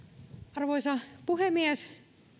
arvoisa puhemies